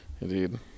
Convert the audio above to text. Indeed